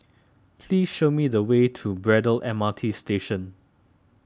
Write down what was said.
please show me the way to Braddell M R T Station